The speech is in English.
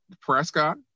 Prescott